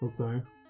Okay